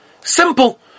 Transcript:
simple